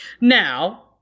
Now